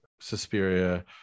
suspiria